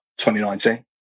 2019